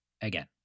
again